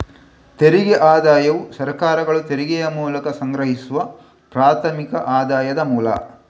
ತೆರಿಗೆ ಆದಾಯವು ಸರ್ಕಾರಗಳು ತೆರಿಗೆಯ ಮೂಲಕ ಸಂಗ್ರಹಿಸುವ ಪ್ರಾಥಮಿಕ ಆದಾಯದ ಮೂಲ